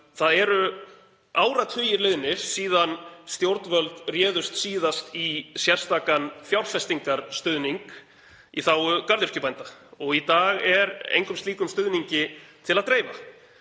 Það eru áratugir liðnir síðan stjórnvöld réðust síðast í sérstakan fjárfestingarstuðning í þágu garðyrkjubænda og í dag er engum slíkum stuðningi til að dreifa.